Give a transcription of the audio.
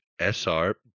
sr